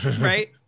right